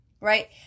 right